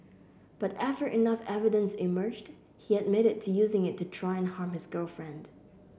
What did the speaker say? but after enough evidence emerged he admitted to using it to try and harm his girlfriend